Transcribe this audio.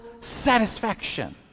satisfaction